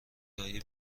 های